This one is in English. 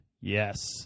yes